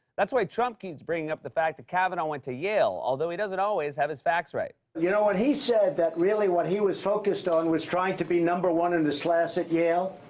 that's why trump keeps bringing up the fact that kavanaugh went to yale, although he doesn't always have his facts right. you know, he said that really what he was focused on was trying to be number one in the class at yale.